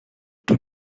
two